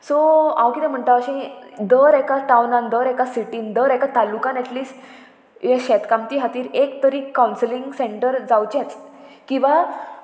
so हांव किदें म्हणटा अशी दर एका टावनान दर एका सिटीन दर एका तालुकान एटलीस्ट हे शेतकामती खातीर एक तरी कावन्सिलींग सेंटर जावचेंच किंवां